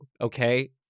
Okay